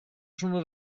sono